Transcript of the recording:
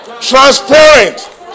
Transparent